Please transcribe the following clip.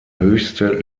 höchste